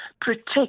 protect